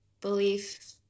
belief